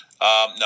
no